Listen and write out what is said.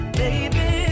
baby